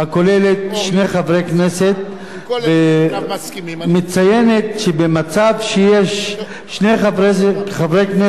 ומציינת שבמצב שיש שני חברי כנסת מכהנים או יותר מזה,